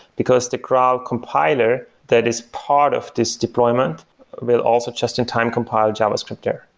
because the crowd compiler that is part of this deployment will also just-in-time compile javascript there.